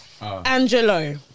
Angelo